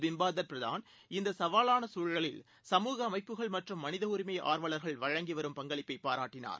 பிம்பாதர் பிரதான் இந்த சவாலான தூழலில் சமூக அமைப்புகள் மற்றும் மனித உரிமை ஆர்வலர்கள் வழங்கி வரும் பங்களிப்பைப் பாராட்டினார்